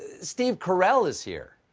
steve carrell is here.